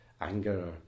anger